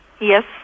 Yes